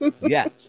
Yes